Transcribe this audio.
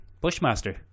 Bushmaster